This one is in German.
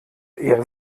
eher